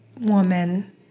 woman